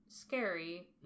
Scary